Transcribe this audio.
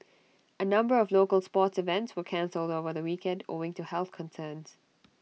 A number of local sports events were cancelled over the weekend owing to health concerns